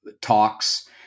talks